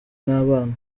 n’abana